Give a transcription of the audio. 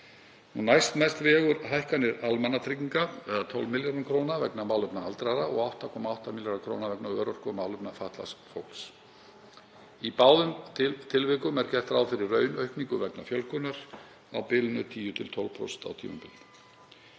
Næstmest vega hækkanir almannatrygginga, 12 milljarðar kr., vegna málefna aldraðra og 8,8 milljarðar kr. vegna örorku og málefna fatlaðs fólks. Í báðum tilvikum er gert ráð fyrir raunaukningu vegna fjölgunar á bilinu 10–12% á tímabilinu.